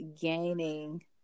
gaining